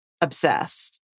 obsessed